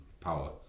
power